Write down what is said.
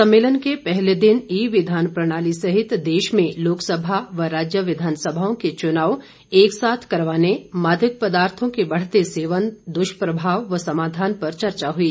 सम्मेलन के पहले दिन ई विधान प्रणाली सहित देश में लोकसभा व राज्य विधानसभाओं के चुनाव एक साथ करवाने मादक पदार्थों के बढ़ते सेवन दुष्प्रभाव व समाधान पर चर्चा हुई